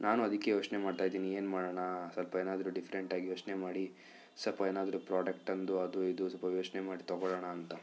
ನಾನು ಅದಕ್ಕೆ ಯೋಚನೆ ಮಾಡ್ತಾ ಇದ್ದೀನಿ ಏನು ಮಾಡೋಣ ಸ್ವಲ್ಪ ಏನಾದ್ರು ಡಿಫ್ರೆಂಟಾಗಿ ಯೋಚನೆ ಮಾಡಿ ಸ್ವಲ್ಪ ಏನಾದರು ಪ್ರೊಡಕ್ಟೊಂದು ಅದು ಇದು ಸ್ವಲ್ಪ ಯೋಚನೆ ಮಾಡಿ ತೊಗೊಳೋಣ ಅಂತ